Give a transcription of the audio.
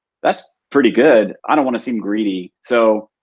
that's pretty good. i don't wanna seem greedy. so,